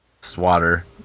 swatter